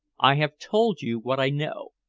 i have told you what i know,